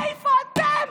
איפה אתם?